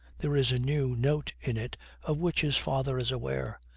there is a new note in it of which his father is aware.